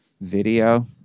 video